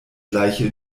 gleiche